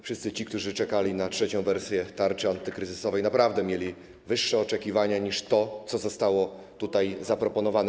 Wszyscy ci, którzy czekali na trzecią wersję tarczy antykryzysowej, naprawdę mieli większe oczekiwania niż to, co zostało tutaj zaproponowane.